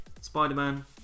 Spider-Man